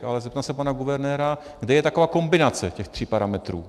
Ale zeptám se pana guvernéra, kde je taková kombinace těch tří parametrů.